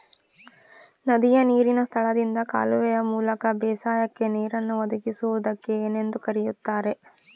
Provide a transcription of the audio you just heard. ನದಿಯ ನೇರಿನ ಸ್ಥಳದಿಂದ ಕಾಲುವೆಯ ಮೂಲಕ ಬೇಸಾಯಕ್ಕೆ ನೇರನ್ನು ಒದಗಿಸುವುದಕ್ಕೆ ಏನೆಂದು ಕರೆಯುತ್ತಾರೆ?